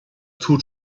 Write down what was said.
tut